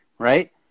Right